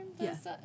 Yes